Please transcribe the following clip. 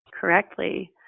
correctly